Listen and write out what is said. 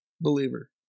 believer